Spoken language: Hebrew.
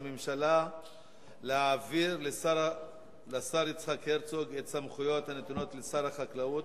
הממשלה להעביר לשר יצחק הרצוג את הסמכויות הנתונות לשר החקלאות